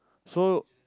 so